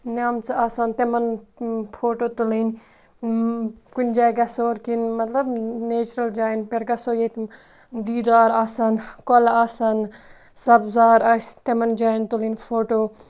نیمژٕ آسان تِمَن فوٹو تُلٕنۍ کُنہِ جایہِ گژھو کِن مطلب نیچرَل جایَن پٮ۪ٹھ گَژھو ییٚتہِ دیٖدار آسَن کۄلہٕ آسَن سَبزار آسہِ تِمَن جایَن تُلٕنۍ فوٹو